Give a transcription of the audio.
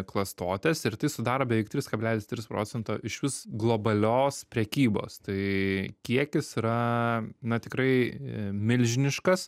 klastotės ir tai sudaro beveik tris kablelis tris procento išvis globalios prekybos tai kiekis yra na tikrai milžiniškas